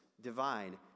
divine